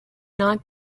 not